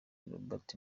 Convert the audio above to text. robert